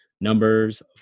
numbers